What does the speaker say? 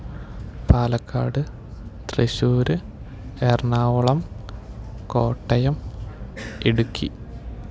Palakkad Thrissur Ernakulam Kottayam Idukki